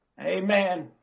Amen